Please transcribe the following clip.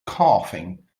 coughing